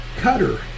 Cutter